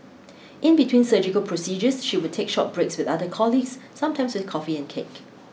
in between surgical procedures she would take short breaks with other colleagues sometimes with coffee and cake